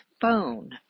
phone